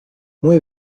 muy